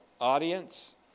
audience